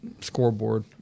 scoreboard